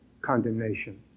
condemnation